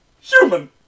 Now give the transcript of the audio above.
human